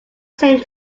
same